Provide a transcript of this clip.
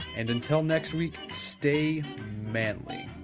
and until next week, stay manly